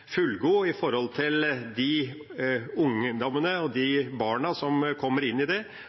fullgod for de ungdommene og de barna som kommer inn i det,